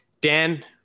Dan